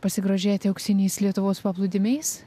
pasigrožėti auksiniais lietuvos paplūdimiais